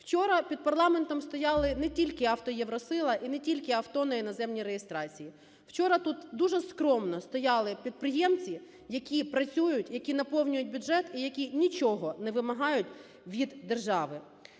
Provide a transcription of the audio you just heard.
Вчора під парламентом стояли не тільки "АвтоЄвроСила" і не тільки авто на іноземній реєстрації. Вчора тут дуже скромно стояли підприємці, які працюють, які наповнюють бюджет і які нічого не вимагають від держави,